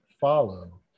follow